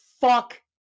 fuck